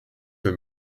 mehr